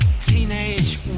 teenage